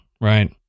right